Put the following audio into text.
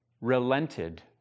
relented